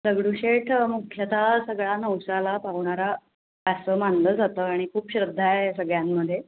दगडूशेठ मुख्यतः सगळ्या नवसाला पावणारा असं मानलं जातं आणि खूप श्रद्धा आहे सगळ्यांमध्ये